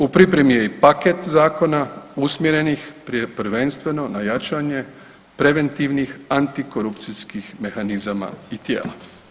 U pripremi je i paket zakona usmjerenih prije prvenstveno na jačanje preventivnih antikorupcijskih mehanizama i tijela.